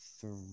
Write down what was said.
three